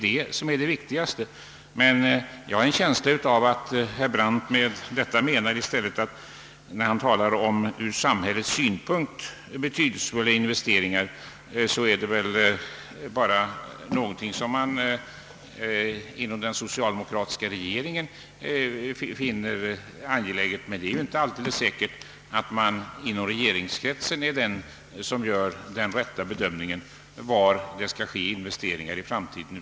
Detta är det viktigaste, men jag har en känsla av att herr Brandt, när han talar om från samhällets synpunkt betydelsefulla investeringar, i stället menar vad den socialdemokratiska regeringen finner angeläget. Det är emellertid inte alldeles säkert att man inom regeringskretsen gör den rätta bedömningen av var det skall investeras i framtiden.